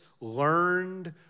learned